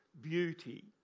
beauty